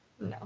No